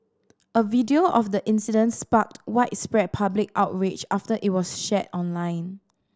a video of the incident sparked widespread public outrage after it was shared online